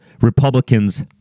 Republicans